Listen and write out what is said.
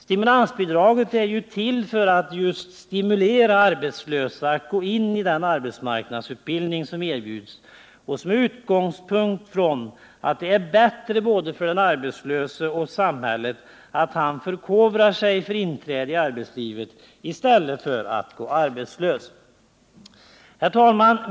Stimulansbidraget är ju till för att just stimulera arbetslösa att gå in i den arbetsmarknadsutbildning som erbjuds, och utgångspunkten är att det är bättre både för den arbetslöse och samhället att han förkovrar sig för inträde i arbetslivet än att han går arbetslös. Herr talman!